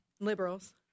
liberals